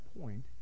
point